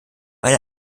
eine